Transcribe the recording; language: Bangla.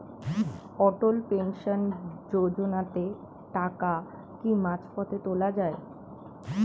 অটল পেনশন যোজনাতে টাকা কি মাঝপথে তোলা যায়?